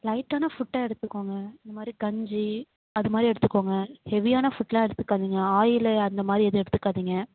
லைட்டான ஃபுட்டாக எடுத்துக்கோங்க இந்த மாதிரி கஞ்சி அது மாதிரி எடுத்துக்கோங்க ஹெவியான ஃபுட்டெலாம் எடுத்துக்காதீங்க ஆயிலு அந்த மாதிரி எதுவும் எடுத்துக்காதீங்க